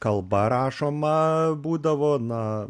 kalba rašoma būdavo na